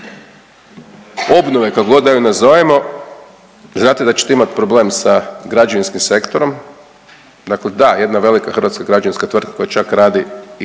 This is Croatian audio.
obnove, kakogod da ju nazovemo znate da ćete imati problem sa građevinskim sektorom. Dakle, da jedna velika hrvatska građevinska tvrtka koja čak radi